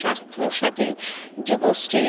Swasthya Sathi Yuvashree